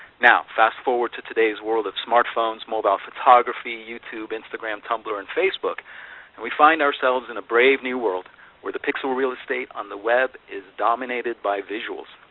now fast-forward to today's world of smart phones, mobile photography, youtube, instagram, tumblr, and facebook and we find ourselves in a brave new world where the pixel real estate on the web is dominated by visuals.